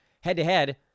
Head-to-head